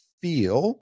feel